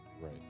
Right